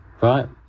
right